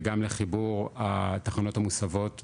וגם לחיבור התחנות המוסבות באשקלון,